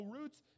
Roots